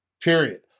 period